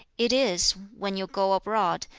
it is, when you go abroad,